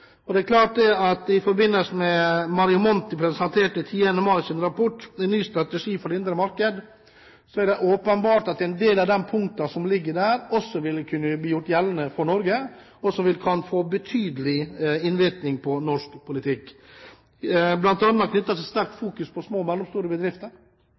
I forbindelse med at Mario Monti 10. mai presenterte sin rapport, «en ny strategi for det indre marked», er det åpenbart at en del av de punktene som ligger der, også vil kunne bli gjort gjeldende for Norge. Det kan få betydelig innvirkning på norsk politikk, bl.a. knyttet til sterk fokusering på små og mellomstore bedrifter.